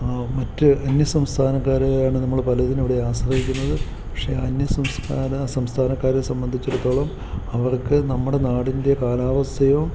മറ്റ് അന്യസംസ്ഥാനക്കാരെയാണ് നമ്മൾ പലതിനും ഇവിടെ ആശ്രയിക്കുന്നത് പക്ഷേ ആ അന്യസംസ്ഥാന സംസ്ഥാനക്കാരെ സംബന്ധിച്ചെടുത്തോളം അവർക്ക് നമ്മുടെ നാടിൻ്റെ കാലാവസ്ഥയോ